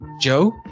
Joe